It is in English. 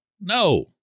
no